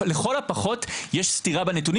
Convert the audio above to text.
לכל הפחות יש סתירה בנתונים.